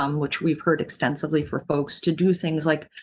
um which we've heard extensively for folks to do things, like,